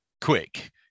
quick